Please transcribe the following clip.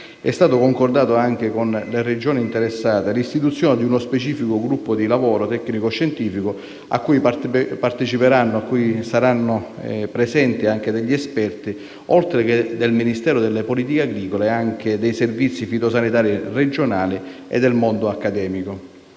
è stato concordato con le Regioni interessate l'istituzione di uno specifico gruppo di lavoro tecnico-scientifico a cui saranno presenti esperti, oltre che del Ministero delle politiche agricole, anche dei servizi fitosanitari regionali e del mondo accademico.